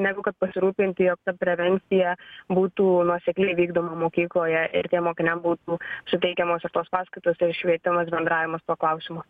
negu kad pasirūpinti jog ta prevencija būtų nuosekliai vykdoma mokykloje ir tiem mokiniam būtų suteikiamos ir tos paskaitos švietimas bendravimas tuo klausimu